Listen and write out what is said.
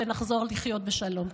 ונחזור לחיות בשלום.